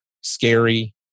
scary